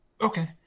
Okay